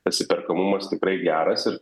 atsiperkamumas tikrai geras ir